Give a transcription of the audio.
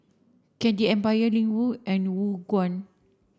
Candy Empire Ling Wu and Khong Guan